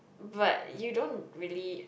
but you don't really